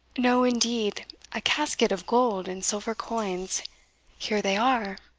no, indeed a casket of gold and silver coins here they are.